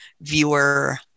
Viewer